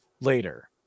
later